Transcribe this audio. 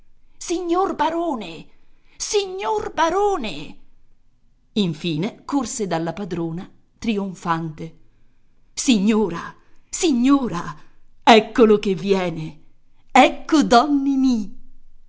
signor barone signor barone infine corse dalla padrona trionfante signora signora eccolo che viene ecco